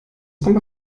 aber